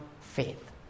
faith